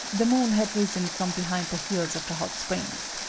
the moon had risen from behind the hills of the hot springs.